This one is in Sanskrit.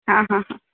हा हा